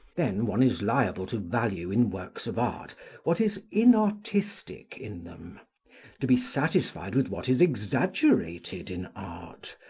then one is liable to value in works of art what is inartistic in them to be satisfied with what is exaggerated in art,